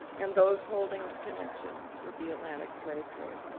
and those holdings' connections with the atlantic slave trade.